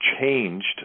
Changed